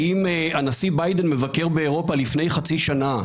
אם הנשיא ביידן מבקר באירופה לפני חצי שנה,